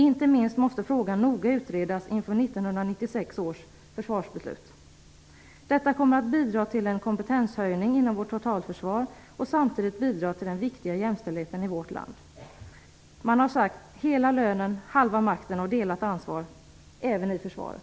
Inte minst måste frågan noga utredas inför 1996 års försvarsbeslut. Detta kommer att bidra till en kompetenshöjning inom vårt totalförsvar och samtidigt bidra till den viktiga jämställdheten i vårt land. Man har sagt: Hela lönen, halva makten och delat ansvar även i försvaret.